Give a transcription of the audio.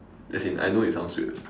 as in I know it sounds weird